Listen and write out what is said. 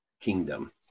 kingdom